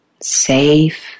safe